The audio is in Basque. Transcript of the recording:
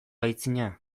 aitzina